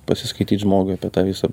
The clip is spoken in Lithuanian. pasiskaityt žmogui apie tą visą